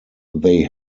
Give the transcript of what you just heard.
they